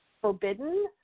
forbidden